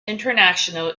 international